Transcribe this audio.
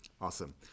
Awesome